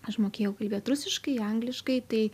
aš mokėjau kalbėt rusiškai angliškai tai